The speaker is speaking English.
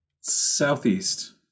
Southeast